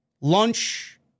lunch